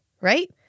right